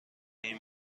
این